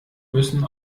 müssen